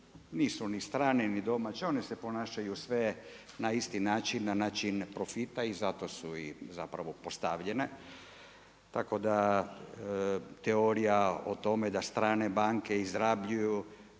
nisu ni strane ni domaće. O ne se ponašaju sve na isti način, na način profita i zato su i zapravo postavljene. Tako da teorija o tome da strane banke izrabljuju,